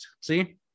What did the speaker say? See